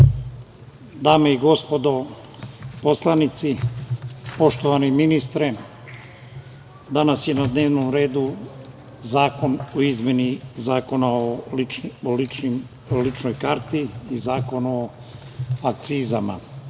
dame i gospodo poslanici, poštovani ministre, danas je na dnevnom redu zakon o izmeni Zakona o ličnoj karti i Zakon o akcizama. Ja